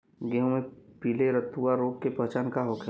गेहूँ में पिले रतुआ रोग के पहचान का होखेला?